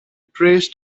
prays